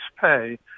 pay